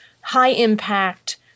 high-impact